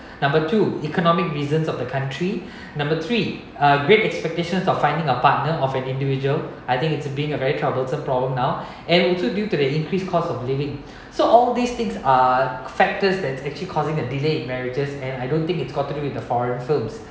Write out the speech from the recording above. number two economic reasons of the country number three uh great expectations of finding a partner of an individual I think it's being a very troublesome problem now and also due to the increased cost of living so all these things are factors that actually causing a delay in marriages and I don't think it's got to do with the foreign films